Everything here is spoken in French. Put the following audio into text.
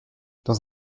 dans